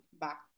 back